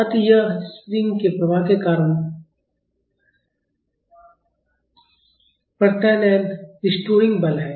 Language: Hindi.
अतः यह इस स्प्रिंग के प्रभाव के कारण प्रत्यानयन बल है